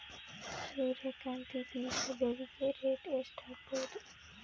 ಸೂರ್ಯ ಕಾಂತಿ ಬೀಜ ಬೆಳಿಗೆ ರೇಟ್ ಎಷ್ಟ ಆಗಬಹುದು?